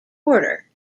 quarter